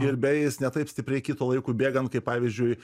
ir beje jis ne taip stipriai kito laikui bėgant kaip pavyzdžiui